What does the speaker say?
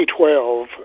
2012